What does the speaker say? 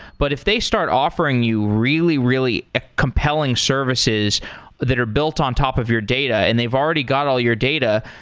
but if they start offering you really, really compelling services that are built on top of your data and they've already got all your data,